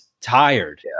Tired